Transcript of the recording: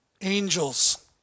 angels